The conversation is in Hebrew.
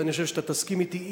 ואני חושב שאתה תסכים אתי,